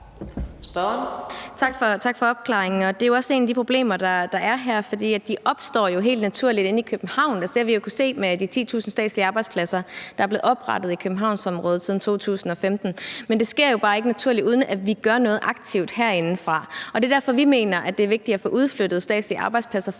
Tak for opklaringen. Det er også et af de problemer, der er her, for de opstår jo helt naturligt inde i København. Det har vi jo kunnet se med de 10.000 statslige arbejdspladser,